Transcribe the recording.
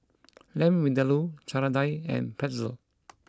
Lamb Vindaloo Chana Dal and Pretzel